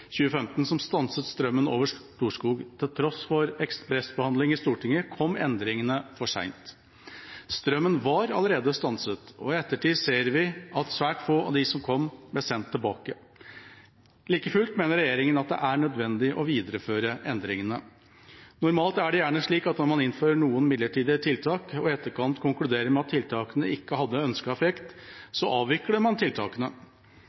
2015 som stanset strømmen over Storskog. Til tross for ekspressbehandling i Stortinget kom endringene for sent. Strømmen var allerede stanset, og i ettertid ser vi at svært få av dem som kom, ble sendt tilbake. Like fullt mener regjeringa at det er nødvendig å videreføre endringene. Normalt er det gjerne slik at om man innfører noen midlertidige tiltak og i etterkant konkluderer med at tiltakene ikke hadde ønsket effekt, avvikler man tiltakene.